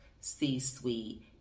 C-suite